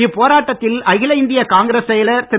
இப்போராட்டத்தில் அகில இந்திய காங்கிரஸ் செயலர் திரு